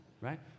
right